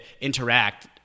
interact